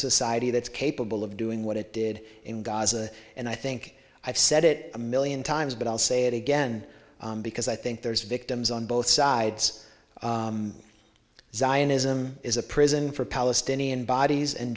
society that's capable of doing what it did in gaza and i think i've said it a million times but i'll say it again because i think there's victims on both sides zionism is a prison for palestinian bodies and